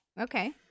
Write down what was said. Okay